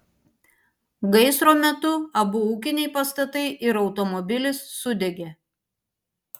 gaisro metu abu ūkiniai pastatai ir automobilis sudegė